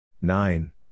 Nine